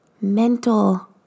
mental